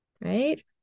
right